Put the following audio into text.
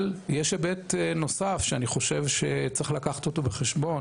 אבל יש היבט נוסף שאני חושב שצריך לקחת אותו בחשבון.